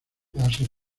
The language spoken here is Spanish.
clase